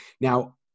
Now